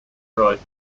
reich